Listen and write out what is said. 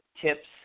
tips